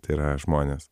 tai yra žmonės